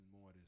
more